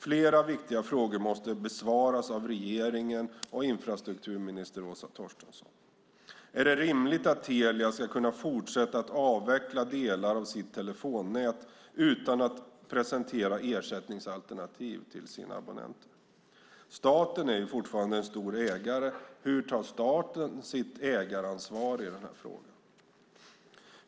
Flera viktiga frågor måste besvaras av regeringen och infrastrukturminister Åsa Torstensson. Är det rimligt att Telia ska kunna fortsätta att avveckla delar av sitt telefonnät utan att presentera ersättningsalternativ till sina abonnenter? Staten är fortfarande en stor ägare. Hur tar staten sitt ägaransvar i frågan?